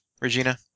Regina